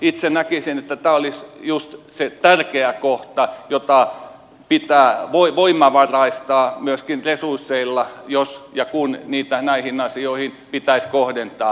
itse näkisin että tämä olisi just se tärkeä kohta jota pitää voimavaraistaa myöskin resursseilla jos ja kun niitä näihin asioihin pitäisi kohdentaa